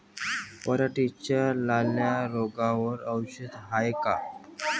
पराटीच्या लाल्या रोगावर औषध हाये का?